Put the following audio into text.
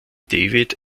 david